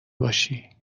باشی